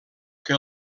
que